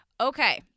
Okay